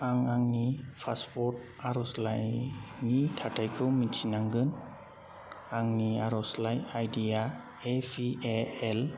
आं आंनि पासपर्ट आर'जलाइनि थाथायखौ मिथिनांगोन आंनि आर'जलाइ आइडि आ ए पि ए एल